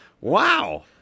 wow